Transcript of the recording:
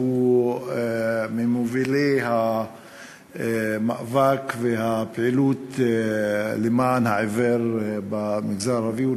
שהוא ממובילי המאבק והפעילות למען העיוור במגזר הערבי.